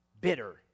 bitter